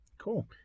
Cool